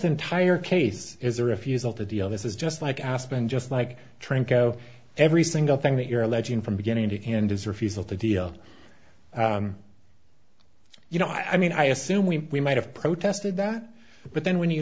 entire case is a refusal to deal this is just like aspen just like trying to go every single thing that you're alleging from beginning to end is refusal to deal you know i mean i assume we might have protested that but then when you